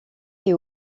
est